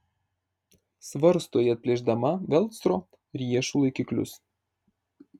svarsto ji atplėšdama velcro riešų laikiklius